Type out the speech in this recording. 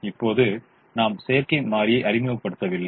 இப்போது நாம் செயற்கை மாறியை அறிமுகப்படுத்தவில்லை